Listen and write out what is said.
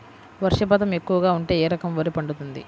వర్షపాతం ఎక్కువగా ఉంటే ఏ రకం వరి పండుతుంది?